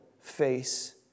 face